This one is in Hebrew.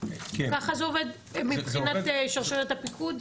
ככה זה עובד מבחינת שרשרת הפיקוד?